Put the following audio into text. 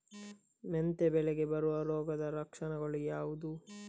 ಮೆಂತೆ ಬೆಳೆಗೆ ಬರುವ ರೋಗದ ಲಕ್ಷಣಗಳು ಯಾವುದು?